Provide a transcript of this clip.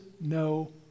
no